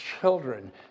children